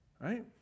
Right